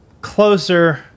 closer